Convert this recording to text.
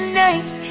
nights